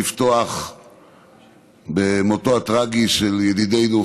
לפתוח במותו הטרגי של ידידנו,